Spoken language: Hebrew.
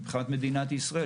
מבחינת מדינת ישראל,